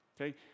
Okay